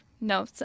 No